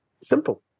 Simple